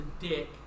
dick